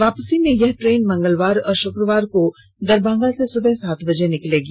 वापसी में यह ट्रेन मंगलवार और शुक्रवार को दरभंगा से सुबह सात बजे निकलेगी